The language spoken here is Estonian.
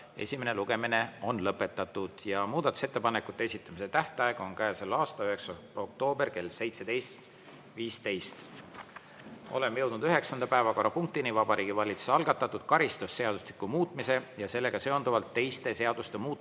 Esimene lugemine on lõpetatud ja muudatusettepanekute esitamise tähtaeg on käesoleva aasta 9. oktoober kell 17.15. Oleme jõudnud üheksanda päevakorrapunktini, Vabariigi Valitsuse algatatud karistusseadustiku muutmise ja sellega seonduvalt teiste seaduste muutmise